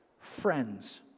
friends